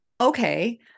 Okay